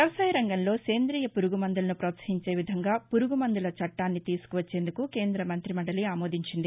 వ్యవసాయరంగంలో సేందియ పురుగు మందులను ప్రోత్సహించే విధంగా పురుగుమందుల చట్టాన్ని తీసుకువచ్చేందుకు కేంద్ర మంత్రి మండలి ఆమోదించింది